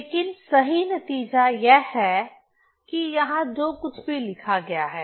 लेकिन सही नतीजा यह है कि यहाँ जो कुछ भी लिखा गया है